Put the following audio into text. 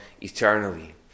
eternally